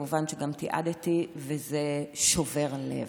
תיעדתי את הביקור וזה שובר לב.